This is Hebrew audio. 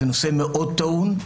זה נושא מאוד טעון,